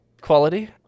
quality